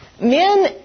men